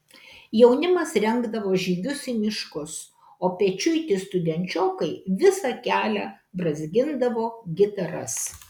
jaunimas rengdavo žygius į miškus o pečiuiti studenčiokai visą kelią brązgindavo gitaras